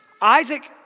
Isaac